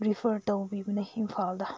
refer ꯇꯧꯕꯤꯕꯅꯤ ꯏꯝꯐꯥꯜꯗ